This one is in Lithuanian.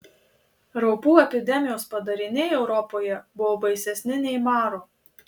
raupų epidemijos padariniai europoje buvo baisesni nei maro